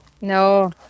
no